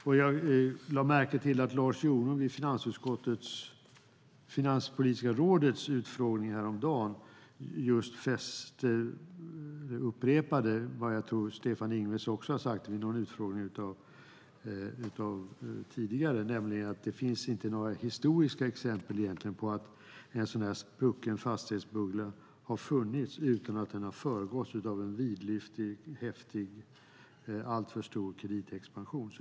Jag lade märke till att vid finansutskottets utfrågning häromdagen upprepade Lars Jonung från Finanspolitiska rådet vad Stefan Ingves också har sagt vid en tidigare utfrågning, nämligen att det inte finns några historiska exempel på att en fastighetsbubbla som har spruckit har funnits utan att den har föregåtts av en vidlyftig, häftig och alltför stor kreditexpansion.